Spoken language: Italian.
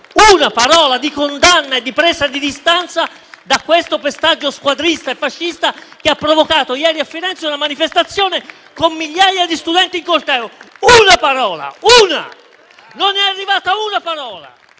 una parola di condanna e di presa di distanza da questo pestaggio squadrista e fascista, che ha provocato ieri a Firenze una manifestazione con migliaia di studenti in corteo! Una parola! Una! Non è arrivata una parola